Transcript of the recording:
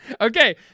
Okay